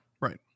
Right